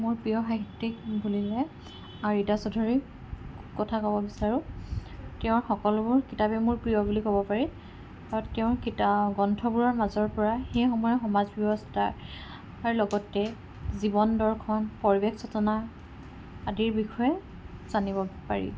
মোৰ প্ৰিয় সাহিত্যিক বুলিলে ৰীতা চৌধুৰীৰ কথা ক'ব বিচাৰোঁ তেওঁৰ সকলোবোৰ কিতাপেই মোৰ প্ৰিয় বুলি ক'ব পাৰি আৰু তেওঁৰ কিতা গ্ৰন্থবোৰৰ মাজৰ পৰা সেই সময়ৰ সমাজ ব্যৱস্থা আৰু লগতে জীৱন দৰ্শন পৰিৱেশ চেতনা আদিৰ বিষয়ে জানিব পাৰি